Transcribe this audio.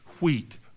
wheat